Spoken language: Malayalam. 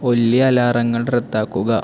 ഒല്ലി അലാറങ്ങൾ റദ്ദാക്കുക